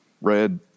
red